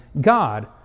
God